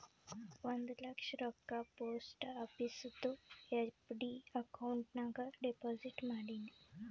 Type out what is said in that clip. ಒಂದ್ ಲಕ್ಷ ರೊಕ್ಕಾ ಪೋಸ್ಟ್ ಆಫೀಸ್ದು ಎಫ್.ಡಿ ಅಕೌಂಟ್ ನಾಗ್ ಡೆಪೋಸಿಟ್ ಮಾಡಿನ್